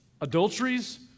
adulteries